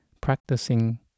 practicing